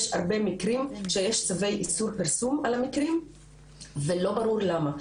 יש הרבה מקרים שיש צווי איסור פרסום על המקרים ולא ברור למה.